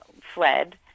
fled